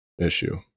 issue